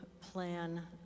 plan